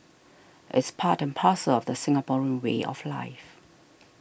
it's part and parcel of the Singaporean way of life